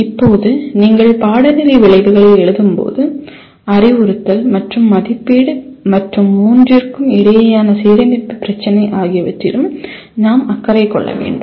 இப்போது நீங்கள் பாடநெறி விளைவுகளை எழுதும்போது அறிவுறுத்தல் மற்றும் மதிப்பீடு மற்றும் மூன்றிற்கும் இடையேயான சீரமைப்பு பிரச்சினை ஆகியவற்றிலும் நாம் அக்கறை கொள்ள வேண்டும்